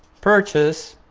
purchase